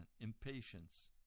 impatience